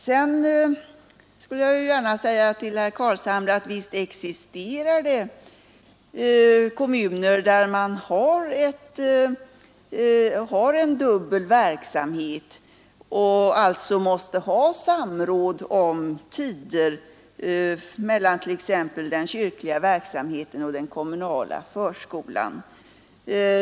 Sedan skulle jag gärna vilja säga till herr Carlshamre att visst existerar det kommuner där man har en dubbel verksamhet och alltså måste ha samråd om tider för t.ex. den kyrkliga verksamheten och den kommunala förskolan.